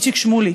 איציק שמולי.